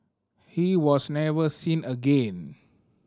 he was never seen again